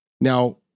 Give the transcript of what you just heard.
Now